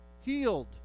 healed